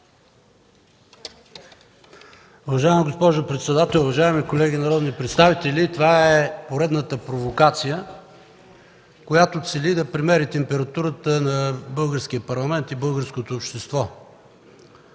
Уважаема госпожо председател, уважаеми колеги народни представители! Това е поредната провокация, която цели да премери температурата на българския парламент и на българското общество.